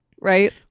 right